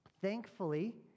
Thankfully